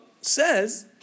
says